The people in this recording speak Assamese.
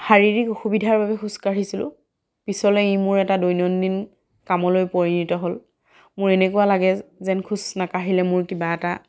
শাৰিৰীক অসুবিধাৰ বাবে খোজকাঢ়িছিলোঁ পিছলে ই মোৰ এটা দৈনন্দিন কামলৈ পৰিণিত হ'ল মোৰ এনেকুৱা লাগে যেন খোজ নাকাঢ়িলে মোৰ কিবা এটা